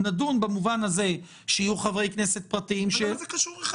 נדון במובן הזה שיהיו חברי כנסת פרטיים --- מה זה קשור?